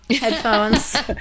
headphones